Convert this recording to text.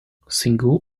single